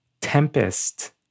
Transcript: Tempest